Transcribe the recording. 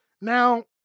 Now